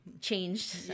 changed